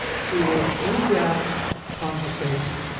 for in-depth conversation.